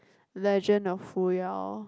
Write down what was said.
Legend of Fuyao